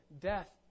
death